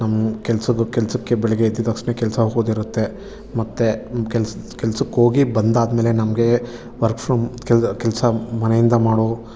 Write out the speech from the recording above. ನಮ್ಮ ಕೆಲಸಕ್ ಕೆಲಸಕ್ಕೆ ಬೆಳಗ್ಗೆ ಎದಿದ್ ತಕ್ಷಣ ಕೆಲಸ ಹೋಗೋದಿರತ್ತೆ ಮತ್ತೆ ಕೆಲಸ ಕೆಲಸಕ್ಕೋಗಿ ಬಂದಾದಮೇಲೆ ನಮಗೆ ವರ್ಕ್ ಫ್ರಮ್ ಕೆಲ್ ಕೆಲಸ ಮನೆಯಿಂದ ಮಾಡೊ